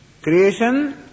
Creation